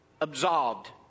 absolved